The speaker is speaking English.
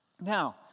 Now